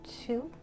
two